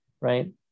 right